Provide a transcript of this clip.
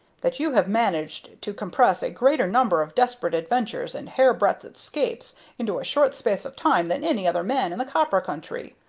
that you have managed to compress a greater number of desperate adventures and hair-breadth escapes into a short space of time than any other man in the copper country.